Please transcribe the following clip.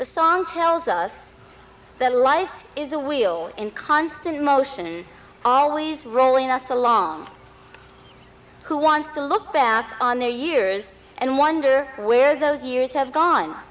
the song tells us the life is a wheel in constant motion always rolling us along who wants to look back on their years and wonder where those years have gone